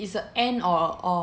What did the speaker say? it's a end or or